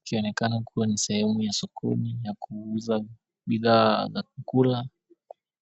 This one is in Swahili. ...ikionekana kuwa ni sehemu ya sokoni ya kuuza bidhaa za kukula